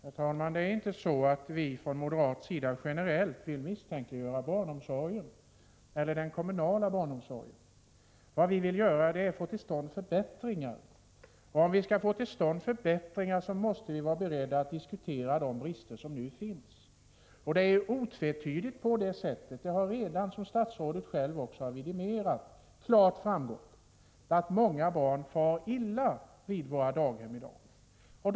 Herr talman! Det är inte så att vi från moderat sida generellt vill misstänkliggöra den kommunala barnomsorgen. Vad vi vill göra är att få till stånd förbättringar. Om det skall lyckas måste vi vara beredda att diskutera de brister som nu finns. Det har redan klart framgått — detta är otvetydigt och det har statsrådet själv vidimerat — att många barn far illa på våra daghem för närvarande.